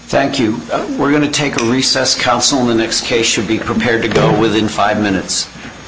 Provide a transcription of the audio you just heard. thank you we're going to take a recess counsel in x case should be prepared to go within five minutes